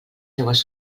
seues